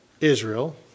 Israel